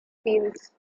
fields